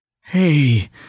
Hey